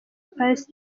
spice